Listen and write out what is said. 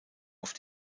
auf